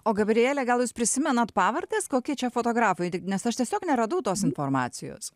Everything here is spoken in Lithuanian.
o gabrielė gal jūs prisimenate pavardes kokie čia fotografai tik nes aš tiesiog neradau tos informacijos